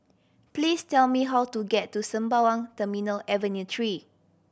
please tell me how to get to Sembawang Terminal Avenue Three